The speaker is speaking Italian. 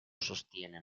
sostiene